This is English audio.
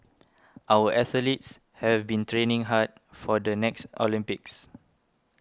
our athletes have been training hard for the next Olympics